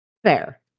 Fair